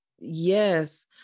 Yes